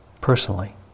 personally